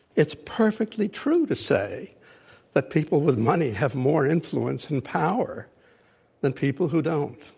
it's perfectly true to say that people with money have more influence and power than people who don't.